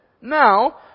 Now